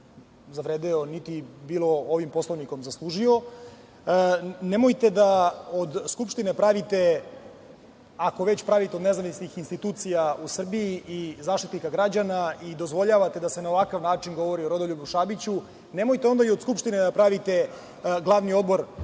niti ovim Poslovnikom zaslužio. Nemojte da od Skupštine pravite, ako već pravite od nezavisnih institucija u Srbiji i Zaštitnika građana i dozvoljavate da se na ovakav način govori o Rodoljubu Šabiću, nemojte onda i od Skupštine da pravite glavni odbor